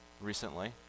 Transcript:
recently